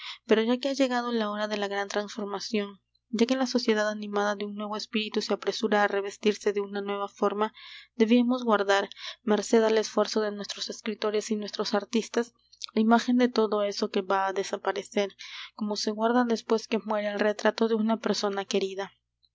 pero ya que ha llegado la hora de la gran transformación ya que la sociedad animada de un nuevo espíritu se apresura á revestirse de una nueva forma debíamos guardar merced al esfuerzo de nuestros escritores y nuestros artistas la imagen de todo eso que va á desaparecer como se guarda después que muere el retrato de una persona querida